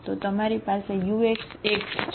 તો તમારી પાસે uxx છે આ શું છે